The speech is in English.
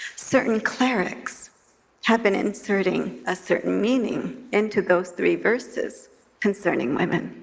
certain clerics have been inserting a certain meaning into those three verses concerning women.